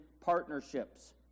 partnerships